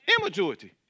Immaturity